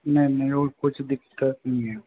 नहीं नहीं और कुछ दिक्कत नहीं है